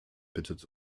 bittet